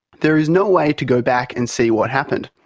there is no way to go back and see what happened.